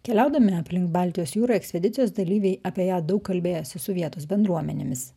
keliaudami aplink baltijos jūrą ekspedicijos dalyviai apie ją daug kalbėjosi su vietos bendruomenėmis